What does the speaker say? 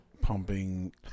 pumping